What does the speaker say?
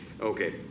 Okay